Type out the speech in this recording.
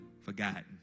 forgotten